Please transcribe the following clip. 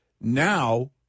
Now